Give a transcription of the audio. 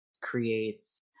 creates